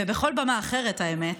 ובכל במה אחרת, האמת,